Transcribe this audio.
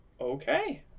Okay